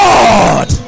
God